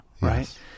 right